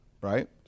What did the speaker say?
right